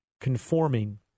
conforming